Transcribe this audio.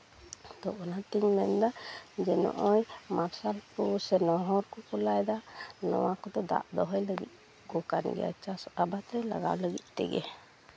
ᱛᱳ ᱚᱱᱟᱛᱤᱧ ᱢᱮᱱᱫᱟ ᱱᱚᱜᱼᱚᱭ ᱢᱟᱨᱥᱟᱞ ᱠᱩ ᱥᱮ ᱠᱚ ᱞᱟᱭᱫᱟ ᱱᱚᱣᱟ ᱠᱚᱛᱮ ᱫᱟᱜ ᱫᱚ ᱦᱩᱭ ᱫᱟᱲᱮᱜ ᱟᱠᱚ ᱠᱟᱱ ᱜᱮᱭᱟ ᱪᱟᱥ ᱟᱵᱟᱫ ᱨᱮ ᱞᱟᱜᱟᱣ ᱞᱟᱹᱜᱤᱫ ᱛᱮᱜᱮ